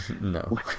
No